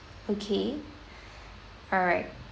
okay alright